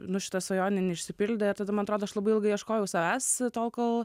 nu šita svajonė neišsipildė tada man atrodo aš labai ilgai ieškojau savęs tol kol